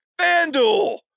FanDuel